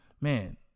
Man